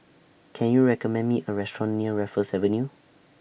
Can YOU recommend Me A Restaurant near Raffles Avenue